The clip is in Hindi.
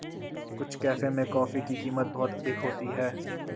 कुछ कैफे में कॉफी की कीमत बहुत अधिक होती है